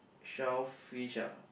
shellfish ah